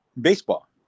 baseball